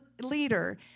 leader